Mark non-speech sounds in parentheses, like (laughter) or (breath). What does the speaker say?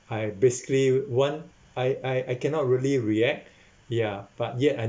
I basically want I I I cannot really react (breath) ya but yet I